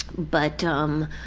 but um.